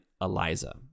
Eliza